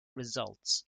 results